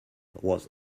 was